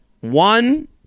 One